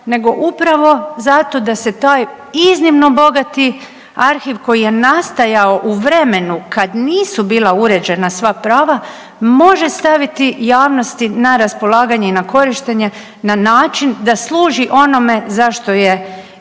nego upravo zato da se taj iznimno bogati arhiv koji je nastajao u vremenu kad nisu bila uređena sva prava može staviti javnosti na raspolaganje i na korištenje na način da služi onome zašto je i